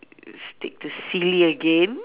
stick to silly again